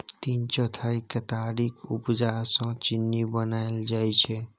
तीन चौथाई केतारीक उपजा सँ चीन्नी बनाएल जाइ छै